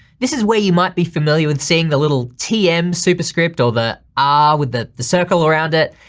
this is where you might be familiar with seeing the little tm superscript or the r with the the circle around it,